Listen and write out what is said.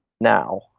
now